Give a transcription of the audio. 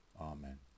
Amen